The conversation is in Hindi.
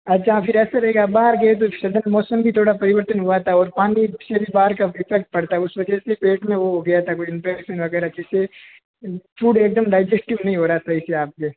अच्छा फिर ऐसे रहेगा बाहर गए तो मौसम भी थोड़ा परिवर्तन हुआ था और पानी वग़ैरह बाहर का इफेक्ट पड़ता है उस में पेट में वो हो गया था कोई इंफेक्शन वग़ैरह जिस से फूड एक दम डाइजेस्टिव नहीं हो रहा है सही से आप का